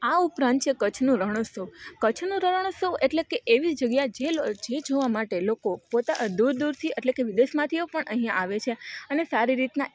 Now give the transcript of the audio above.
આ ઉપરાંત છે કચ્છનું રણોત્સવ કચ્છનું રણોત્સવ એટલે કે એવી જગ્યા જે લો જે જોવા માટે લોકો પોતા દૂર દૂરથી એટલે કે વિદેશમાંથીઓ પણ અહીંયાં આવે છે અને સારી રીતના